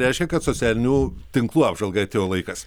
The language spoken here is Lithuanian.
reiškia kad socialinių tinklų apžvalgai atėjo laikas